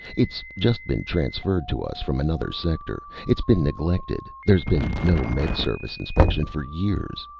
it's just been transferred to us from another sector. it's been neglected. there's been no med service inspection for years.